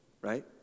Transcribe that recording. Right